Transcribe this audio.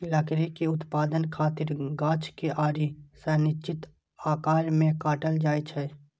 लकड़ी के उत्पादन खातिर गाछ कें आरी सं निश्चित आकार मे काटल जाइ छै